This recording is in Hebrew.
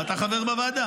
ואתה חבר בוועדה,